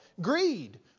greed